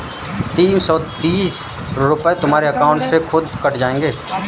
तीन सौ तीस रूपए तुम्हारे अकाउंट से खुद कट जाएंगे